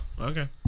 Okay